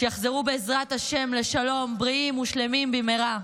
שבעזרת השם יחזרו לשלום בריאים ושלמים במהרה: